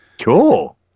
Cool